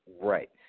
Right